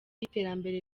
y’iterambere